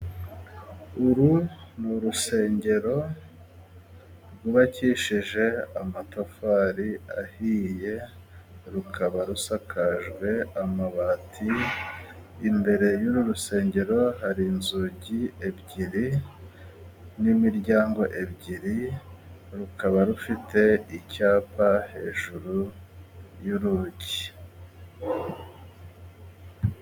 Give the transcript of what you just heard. Uru ni urusengero rwubakishije amatafari ahiye rukaba rusakajwe amabati, imbere y'uru rusengero hari inzugi ebyiri n'imiryango ibiri rukaba rufite icyapa hejuru y'urugi.